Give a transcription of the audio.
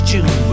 June